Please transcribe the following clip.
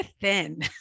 thin